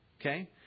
Okay